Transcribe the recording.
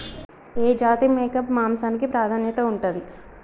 ఏ జాతి మేక మాంసానికి ప్రాధాన్యత ఉంటది?